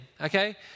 okay